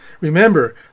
Remember